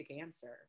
answer